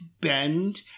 bend